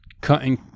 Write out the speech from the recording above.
cutting